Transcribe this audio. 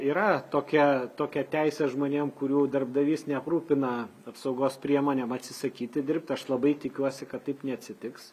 yra tokia tokia teisė žmonėm kurių darbdavys neaprūpina apsaugos priemonėm atsisakyti dirbt aš labai tikiuosi kad taip neatsitiks